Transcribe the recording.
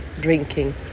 drinking